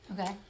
Okay